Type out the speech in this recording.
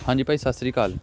ਹਾਂਜੀ ਭਾਈ ਸਤਿ ਸ਼੍ਰੀ ਅਕਾਲ